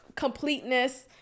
completeness